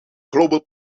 global